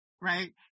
right